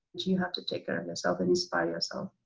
you have to take care of yourself and inspire yourself.